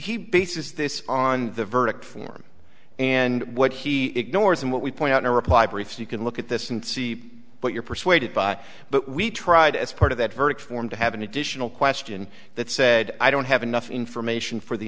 he bases this on the verdict form and what he ignores and what we point out in a reply brief so you can look at this and see what you're persuaded by but we tried as part of that verdict form to have an additional question that said i don't have enough information for the